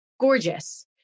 gorgeous